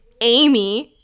Amy